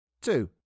Two